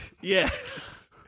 Yes